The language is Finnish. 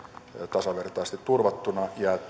tasavertaisesti turvattuna ja